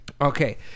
Okay